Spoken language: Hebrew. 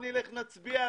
אמרנו, בוא נלך להצביע.